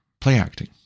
play-acting